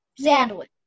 Sandwich